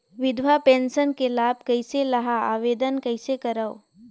विधवा पेंशन के लाभ कइसे लहां? आवेदन कइसे करव?